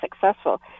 successful